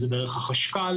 אם זה דרך החשכ"ל.